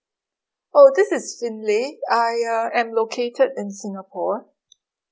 oh this is xin li I uh am located in singapore